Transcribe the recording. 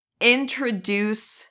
introduce